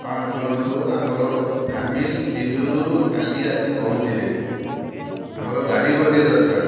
ହଁ ଶୁଣନ୍ତୁ ଆମର ଫ୍ୟାମିଲି ଦିଲ୍ଲୀରୁ କାଲି ଆସି ପହଞ୍ଚିବେ ଆମର ଗାଡ଼ି ଗୋଟେ ଦରକାର